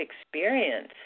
experience